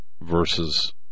versus